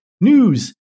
news